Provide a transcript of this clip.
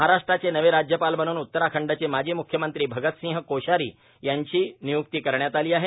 महाराष्ट्राचे नवे राज्यपाल म्हणून उत्तराखंडचे माजी मुख्यमंत्री भगतसिंग कोश्यारी यांची निय्क्ती करण्यात आली आहे